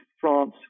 France